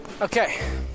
Okay